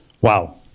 Wow